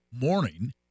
morning